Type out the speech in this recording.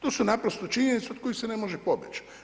To su naprosto činjenice od koji se ne može pobjeć'